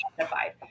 justified